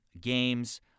games